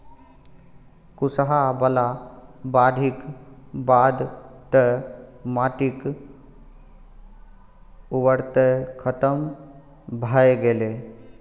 कुसहा बला बाढ़िक बाद तँ माटिक उर्वरते खतम भए गेलै